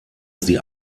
sie